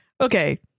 okay